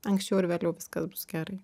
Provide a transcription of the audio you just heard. anksčiau ar vėliau viskas bus gerai